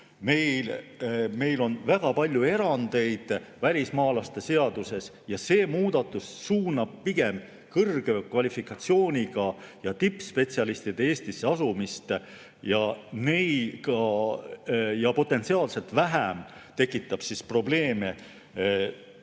Meil on väga palju erandeid välismaalaste seaduses ja see muudatus suunab pigem kõrge kvalifikatsiooniga ja tippspetsialistide Eestisse asumist. Potentsiaalselt tekitab see vähem probleeme